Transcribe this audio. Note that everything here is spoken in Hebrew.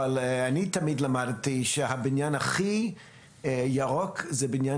אבל אני תמיד למדתי שהבניין הכי ירוק זה בניין